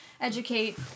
educate